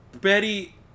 Betty